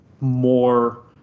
more